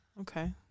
Okay